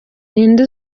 nde